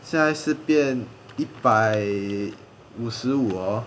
下一次变一百五十五 oh